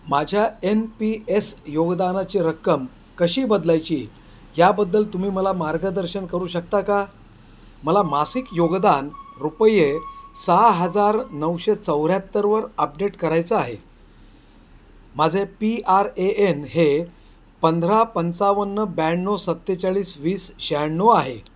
माझ्या N P S योगदानाची रक्कम कशी बदलायची याबद्दल तुम्ही मला मार्गदर्शन करू शकता का मला मासिक योगदान रुपये सहा हजार नऊशे चौऱ्याहत्तरवर अपडेट करायचं आहे माझे पी आर ए एन हे पंधरा पंचावन्न ब्याण्णव सत्तेचाळीस वीस शहाण्णव आहे